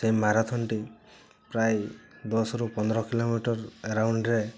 ସେହି ମାରାଥନ୍ଟି ପ୍ରାୟ ଦଶରୁ ପନ୍ଦର କିଲୋମିଟର୍ ଏରାଉଣ୍ଡରେ